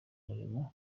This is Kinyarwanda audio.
umurimo